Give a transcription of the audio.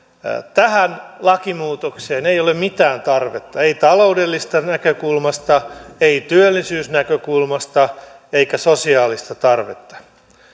tähän lakimuutokseen ei ole mitään tarvetta ei taloudellisesta näkökulmasta ei työllisyysnäkökulmasta eikä sosiaalista tarvetta